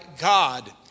god